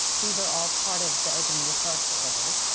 these are all part of the opening of the parks order.